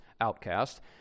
outcast